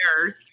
earth